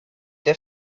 der